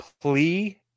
plea